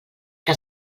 que